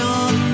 on